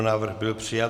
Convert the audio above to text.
Návrh byl přijat.